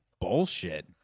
bullshit